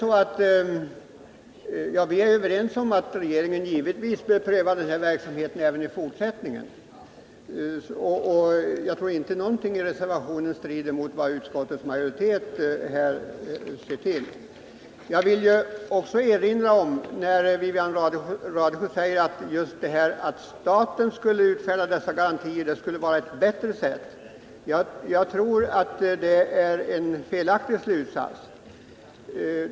Vi är ju överens om att regeringen bör pröva den här verksamheten i Nr 101 fortsättningen, och jag tror inte att någonting i reservationen strider mot vad utskottsmajoriteten har anfört. Wivi-Anne Radesjö säger att det skulle vara bättre om staten utfärdade dessa garantier, men jag tror att det är en felaktig slutsats.